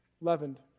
leavened